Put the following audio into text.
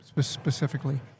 specifically